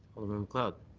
alderman macleod?